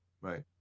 Right